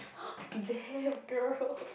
damn girl